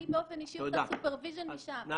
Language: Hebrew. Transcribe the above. אני באופן אישי עושה Super Vision שם.